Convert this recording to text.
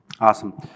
Awesome